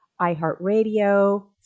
iHeartRadio